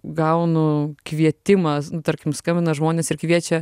gaunu kvietimą tarkim skambina žmonės ir kviečia